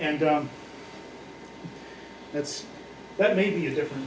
and that's that made me a different